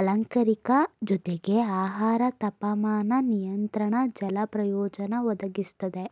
ಅಲಂಕಾರಿಕ ಜೊತೆಗೆ ಆಹಾರ ತಾಪಮಾನ ನಿಯಂತ್ರಣ ಜಲ ಪ್ರಯೋಜನ ಒದಗಿಸ್ತದೆ